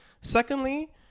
secondly